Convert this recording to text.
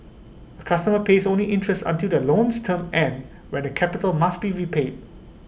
A customer pays only interest until the loan's term ends when the capital must be repaid